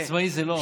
עצמאי זה לא עונש.